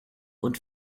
und